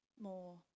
more